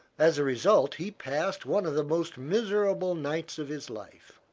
as a result he passed one of the most miserable nights of his life.